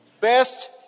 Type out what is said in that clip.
best